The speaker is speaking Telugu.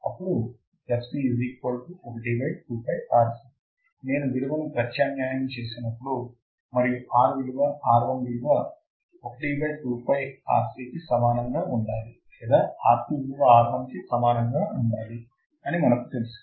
C ఇవ్వబడింది fc ఇవ్వబడింది అప్పుడు నేను విలువను ప్రత్యామ్నాయం చేసినప్పుడు మరియు R విలువ R1 విలువ 12piRc కి సమానంగా ఉండాలి లేదా R2 విలువ R1 కి సమానంగా ఉండాలి అని మనకు తెలుసు